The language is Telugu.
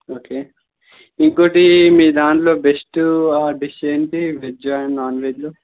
ఓకే ఇంకొకటి మీ దాంట్లో బెస్ట్ డిష్ ఏంటి వెజ్ అండ్ నాన్వెజ్లో